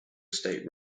state